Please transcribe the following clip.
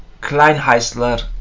Kleinheisler